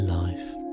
life